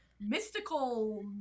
mystical